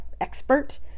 expert